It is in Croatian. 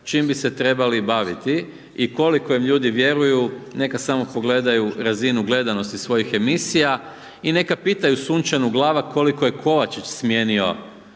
čim bi se trebali baviti i koliko im ljudi vjeruju, neka samo pogledaju razinu gledanosti svojih emisija i neka pitaju Sunčanu Glavak koliko je Kovačić smijenio